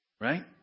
Right